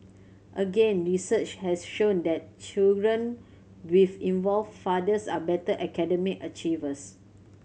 again research has shown that children with involved fathers are better academic achievers